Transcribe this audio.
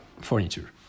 furniture